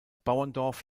bauerndorf